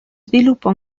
sviluppa